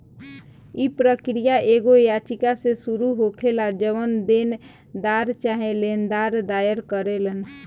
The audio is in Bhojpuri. इ प्रक्रिया एगो याचिका से शुरू होखेला जवन देनदार चाहे लेनदार दायर करेलन